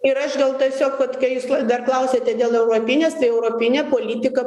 ir aš gal tiesiog vat ką jūs dar klausiate dėl europinės tai europinė politika